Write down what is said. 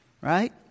right